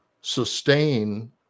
sustain